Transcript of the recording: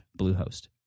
Bluehost